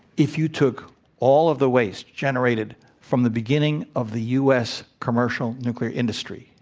if you took all of the waste generated from the beginning of the u. s. commercial nuclear industry,